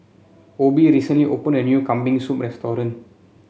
Obie recently opened a new Kambing Soup Restaurant